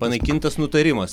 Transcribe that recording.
panaikintas nutarimas